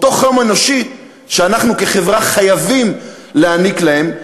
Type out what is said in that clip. אותו חום אנושי שאנחנו כחברה חייבים להעניק להם.